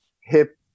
hip